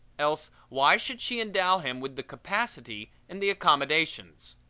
else why should she endow him with the capacity and the accommodations.